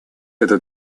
этой